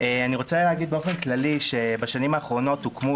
אני רוצה להגיד באופן כללי שבשנים האחרונות הוקמו,